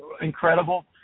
incredible